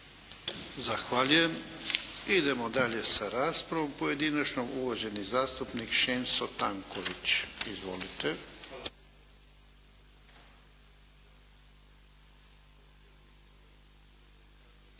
Zahvaljujem. Idemo dalje sa raspravom pojedinačnom. Uvaženi zastupnik Šemso Tanković. Uštekajte